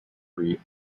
free